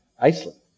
Iceland